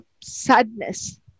sadness